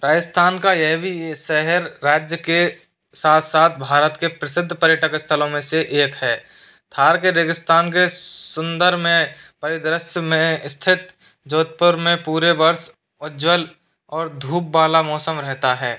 राजस्थान का यह भी शहर राज्य के साथ साथ भारत के प्रसिद्ध पर्यटक स्थलो में से एक है थार के रेगिस्तान के सुंदर में परिदृश्य में स्थित जोधपुर में पूरे वर्ष उज्जवल और धूप वाला मौसम रहता है